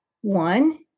one